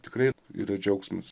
tikrai yra džiaugsmas